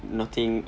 nothing